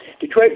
Detroit